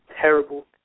terrible